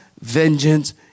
vengeance